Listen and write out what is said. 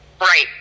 Right